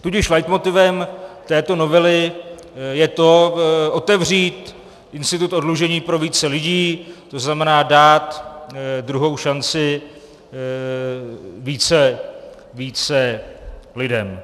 Tudíž leitmotivem této novely je otevřít institut oddlužení pro více lidí, to znamená dát druhou šanci více lidem.